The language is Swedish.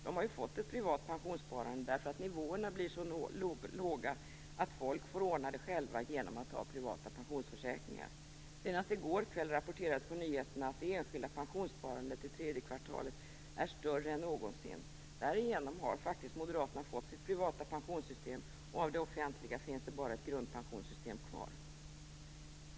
De har ju fått ett privat pensionssparande eftersom nivåerna blir så låga att folk får ordna det själva genom att ta privata pensionsförsäkringar. Senast i går kväll rapporterades på nyheterna att det enskilda pensionssparandet under det tredje kvartalet är större än någonsin. Därigenom har Moderaterna faktiskt fått sitt privata pensionssystem, och av det offentliga finns det bara ett grundpensionssystem kvar.